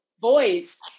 voice